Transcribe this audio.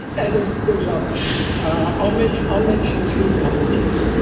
and there's there's others. i'll mention i'll mention three companies,